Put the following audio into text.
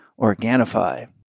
Organifi